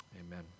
amen